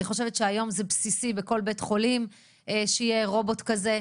אני חושבת שהיום זה בסיסי בכל בית חולים שיהיה רובוט כזה,